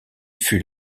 fut